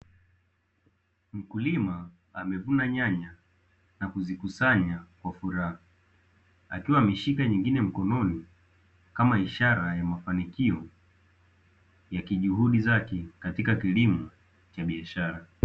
Mkulima amevuna nyanya na kuzikusanya kwa furaha akiwa ameshika nyingine mkononi kama ishara ya mfanikio ya kijuhudi zake katika kilimo cha biashara.